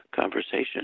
conversation